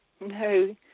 No